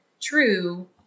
true